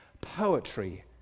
poetry